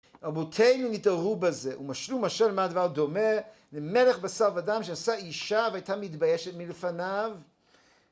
אבותינו התעוררו בזה, ומשלו משל, למה הדבר הדומה? למלך בשר ודם שנשא אישה והייתה מתביישת מלפניו